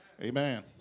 Amen